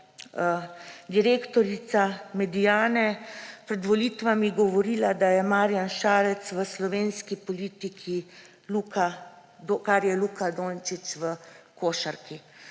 direktorica Mediane pred volitvami govorila, da je Marjan Šarec v slovenski politiki, kar je Luka Dončić v košarki.